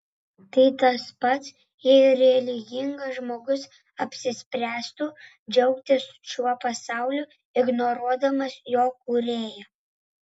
tai tas pats jei religingas žmogus apsispręstų džiaugtis šiuo pasauliu ignoruodamas jo kūrėją